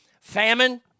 Famine